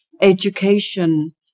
education